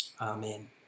Amen